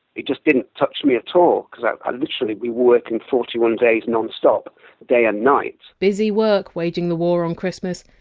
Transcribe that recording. it just didn't touch me at all, because kind of literally we worked and forty one days non-stop day and night busy work, waging the war on christmas.